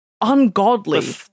ungodly